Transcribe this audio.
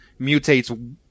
mutates